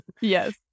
Yes